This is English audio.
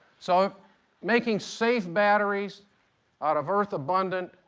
so making safe batteries out of earth-abundant,